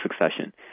succession